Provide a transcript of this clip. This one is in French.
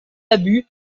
abus